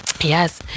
yes